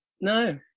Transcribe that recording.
No